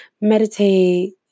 meditate